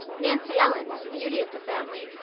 nancy ellen, the beauty of the family,